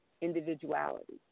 individuality